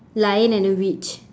lion and a witch